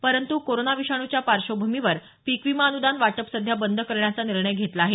परंतु कोरोना विषाणूच्या पार्श्वभूमीवर पिकविमा अनुदान वाटप सध्या बंद करण्याचा निर्णय घेतला आहे